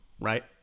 right